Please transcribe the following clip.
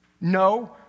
no